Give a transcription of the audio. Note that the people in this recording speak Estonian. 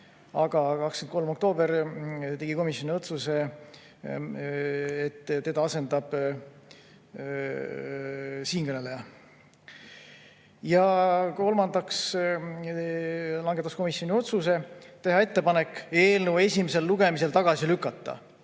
aga 23. oktoobril tegi komisjon otsuse, et teda asendab siinkõneleja. Ja kolmandaks langetas komisjon otsuse teha ettepanek eelnõu esimesel lugemisel tagasi lükata.